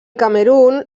camerun